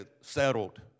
settled